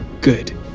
Good